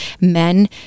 Men